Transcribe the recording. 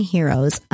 Heroes